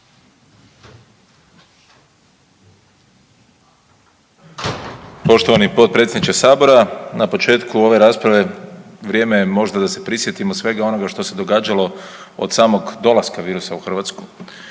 Poštovani potpredsjedniče sabora, na početku ove rasprave vrijeme je možda da se prisjetimo svega onoga što se događalo od samog dolaska virusa u Hrvatsku.